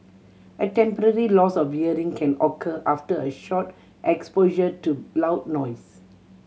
a temporary loss of can occur after a short exposure to loud noise